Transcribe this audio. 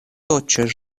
тотчас